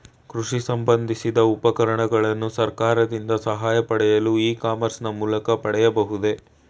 ಕೃಷಿ ಸಂಬಂದಿಸಿದ ಉಪಕರಣಗಳನ್ನು ಸರ್ಕಾರದಿಂದ ಸಹಾಯ ಪಡೆಯಲು ಇ ಕಾಮರ್ಸ್ ನ ಮೂಲಕ ಪಡೆಯಬಹುದೇ?